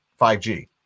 5G